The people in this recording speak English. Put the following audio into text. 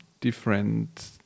different